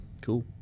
Cool